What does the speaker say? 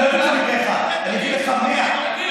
אני לא אביא לך מקרה אחד, אני אביא לך 100. תביא.